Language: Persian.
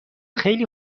خیلی